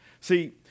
See